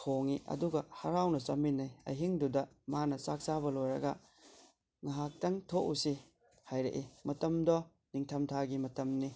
ꯊꯣꯡꯏ ꯑꯗꯨꯒ ꯍꯔꯥꯎꯅ ꯆꯥꯃꯤꯟꯅꯩ ꯑꯍꯤꯡꯗꯨꯗ ꯃꯥꯅ ꯆꯥꯛ ꯆꯥꯕ ꯂꯣꯏꯔꯒ ꯉꯥꯏꯍꯥꯛꯇꯪ ꯊꯣꯛꯎꯁꯤ ꯍꯥꯏꯔꯛꯏ ꯃꯇꯝꯗꯣ ꯅꯤꯡꯊꯝꯊꯥꯒꯤ ꯃꯇꯝꯅꯤ